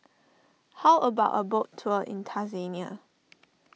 how about a boat tour in Tanzania